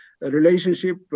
relationship